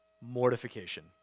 mortification